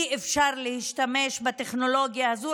אי-אפשר להשתמש בטכנולוגיה הזו,